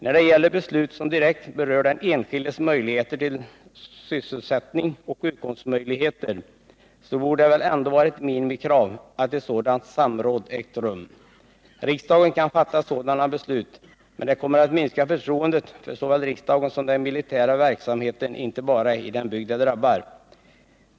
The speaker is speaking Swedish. När det gäller beslut som direkt berör den enskildes sysselsättningsoch utkomstmöjligheter, så borde det väl ändå vara ett minimikrav att samråd ägt rum. Riksdagen kan fatta sådana beslut, men det kommer att minska 140 förtroendet för såväl riksdagen som den militära verksamheten inte bara i den bygd det drabbar.